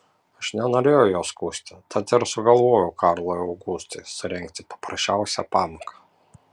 aš nenorėjau jo skųsti tad ir sugalvojau karlui augustui surengti paprasčiausią pamoką